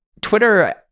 Twitter